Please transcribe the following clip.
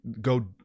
go